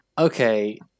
Okay